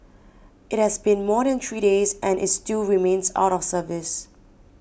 it has been more than three days and is still remains out of service